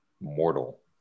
mortal